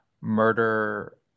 murder